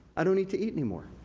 i don't need to eat anymore.